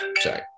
sorry